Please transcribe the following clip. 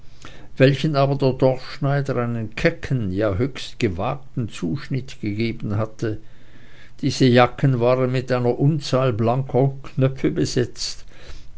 welchen aber der dorfschneider einen kecken ja höchst gewagten zuschnitt gegeben hatte diese jacken waren mit einer unzahl blanker knöpfe besetzt